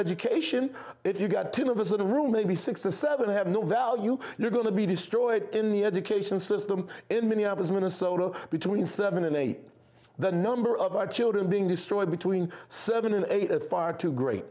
education if you got to visit a room maybe six to seven have no value you're going to be destroyed in the education system in minneapolis minnesota between seven and eight the number of our children being destroyed between seven and eight and far too great